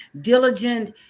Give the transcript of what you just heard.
diligent